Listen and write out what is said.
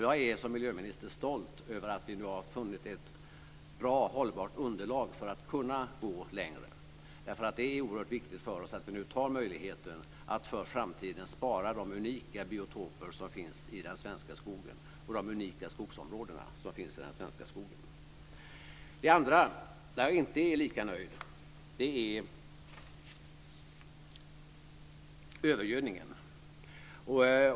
Jag är som miljöminister stolt över att vi nu har funnit ett bra och hållbart underlag för att kunna gå längre, därför att det är oerhört viktigt för oss att vi nu tar till vara möjligheten att för framtiden spara de unika biotoper och de unika skogsområden som finns i den svenska skogen. Det andra, där jag inte är lika nöjd, är övergödningen.